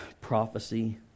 prophecy